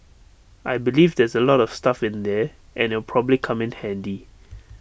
I believe there's A lot of stuff in there and it'll probably come in handy